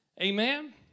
Amen